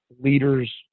leaders